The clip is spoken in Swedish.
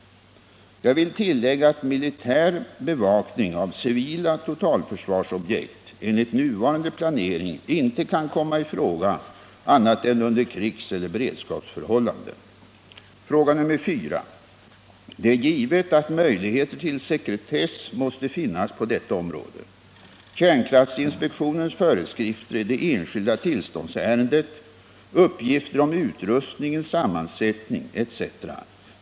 Jag vill tillägga att militär bevakning av civila totalförsvarsobjekt enligt nuvarande planering inte kan komma i fråga annat än under krigseller beredskapsförhållanden. 4. Det är givet att möjligheter till sekretess måste finnas på detta område. Kärnkraftinspektionens föreskrifter i det enskilda tillståndsärendet, uppgifter om utrustningens sammansättning etc.